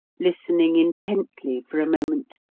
listening intently for a moment,